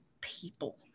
people